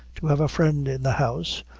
to have a friend in the house,